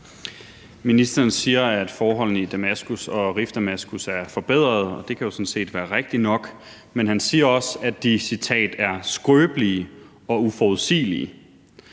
Ministeren siger, at forholdene i Damaskus og Rif Damaskus er forbedret, og det kan jo sådan set være rigtigt nok, men han siger også, at de »er skrøbelige og uforudsigelige«.